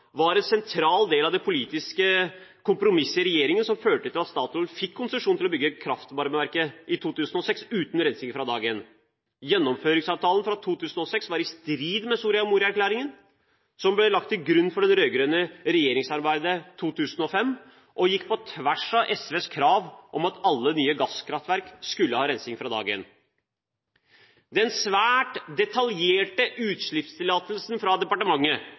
var en sentral del av det politiske kompromisset i regjeringen som førte til at Statoil fikk konsesjon til å bygge kraftvarmeverket i 2006 uten rensing fra dag én. Gjennomføringsavtalen fra 2006 var i strid med Soria Moria-erklæringen, som ble lagt til grunn for det rød-grønne regjeringssamarbeidet høsten 2005, og gikk på tvers av SVs krav om at alle nye gasskraftverk skulle ha rensing fra dag én. Den svært detaljerte utslippstillatelsen fra